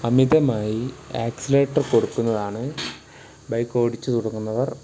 അമിതമായി ആക്സിലേറ്റർ കൊടുക്കുന്നതാണ് ബൈക്ക് ഓടിച്ചു തുടങ്ങുന്നവർ